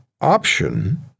option